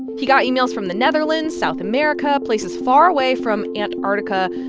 he got emails from the netherlands, south america, places far away from antarctica.